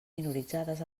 minoritzades